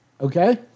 Okay